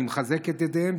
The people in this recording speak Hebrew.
אני מחזק את ידיהן,